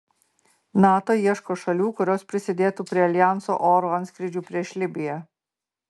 nato ieško šalių kurios prisidėtų prie aljanso oro antskrydžių prieš libiją